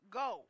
go